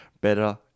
better